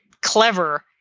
clever